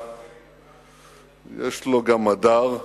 יש לו גם הדר,